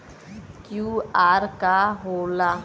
QR का होला?